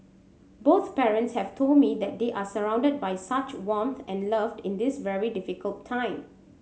both parents have told me that they are surrounded by such warmth and love in this very difficult time